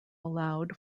allowed